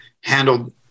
handled